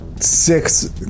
six